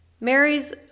Mary's